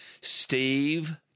Steve